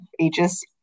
ages